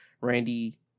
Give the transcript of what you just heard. Randy